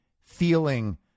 feeling